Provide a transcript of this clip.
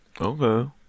Okay